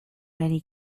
many